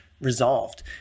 resolved